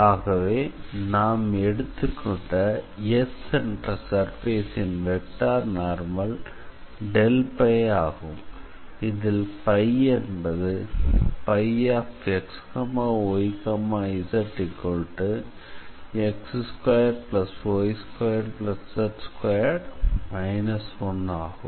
ஆகவே நாம் எடுத்துக்கொண்ட S என்ற சர்ஃபேஸின் வெக்டார் நார்மல் ஆகும் இதில் என்பது xyzx2y2z2−1 ஆகும்